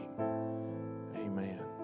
amen